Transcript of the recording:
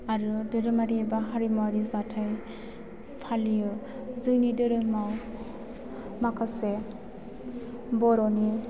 आरो धोरोमारि एबा हारिमुआरि जाथाय फालियो जोंनि धोरोमाव माखासे बर'नि